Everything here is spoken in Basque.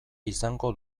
izango